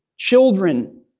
Children